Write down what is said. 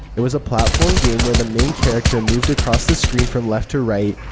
it was a platform game where the main character moved across the screen from left to right,